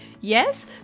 Yes